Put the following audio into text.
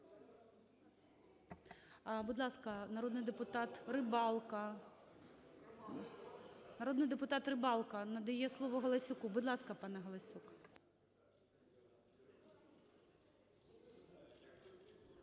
Будь ласка, народний депутат Рибалка. Народний депутат Рибалка надає слово Галасюку. Будь ласка, пане Галасюк.